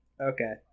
Okay